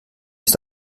ist